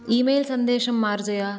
E mail सन्देशं मार्जय